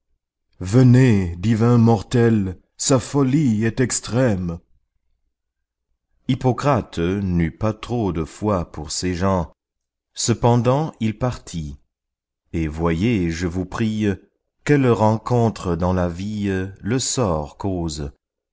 venez divin mortel sa folie est extrême hippocrate n'eut pas trop de foi pour ces gens cependant il partit et voyez je vous prie quelles rencontres dans la vie le sort cause